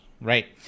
right